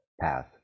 path